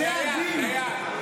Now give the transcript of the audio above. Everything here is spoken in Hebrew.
בתי הדין,